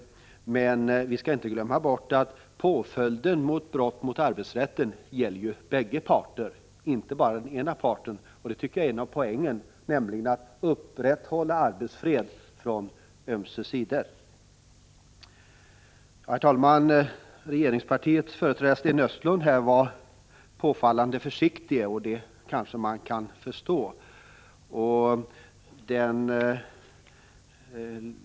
Och vi skall inte glömma bort att påföljderna för brott mot arbetsrätten gäller bägge parter — inte bara den ena. Detta tycker jag är en av poängerna — att upprätthålla arbetsfreden från ömse sidor. Herr talman! Regeringspartiets företrädare Sten Östlund var påfallande försiktig, och det kan man kanske förstå.